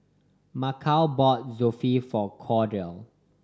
Mychal bought Zosui for Cordell